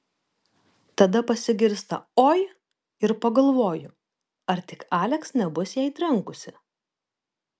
tada pasigirsta oi ir pagalvoju ar tik aleks nebus jai trenkusi